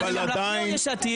מחנה ממלכתי או יש עתיד?